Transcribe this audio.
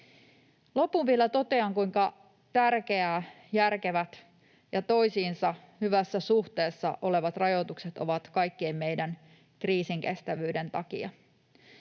Loppuun vielä totean, kuinka tärkeää järkevät ja toisiinsa hyvässä suhteessa olevat rajoitukset ovat kaikkien meidän kriisinkestävyyden takia